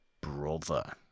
brother